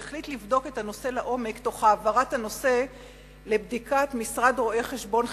והחליט לבדוק את הנושא לעומק תוך העברתו לבדיקת משרד רואי-חשבון חיצוני.